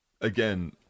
Again